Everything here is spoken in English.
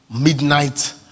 Midnight